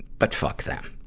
but fuck them.